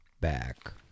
back